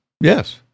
Yes